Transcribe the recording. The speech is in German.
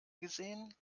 gesehen